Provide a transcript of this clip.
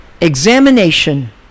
examination